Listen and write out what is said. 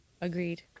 Agreed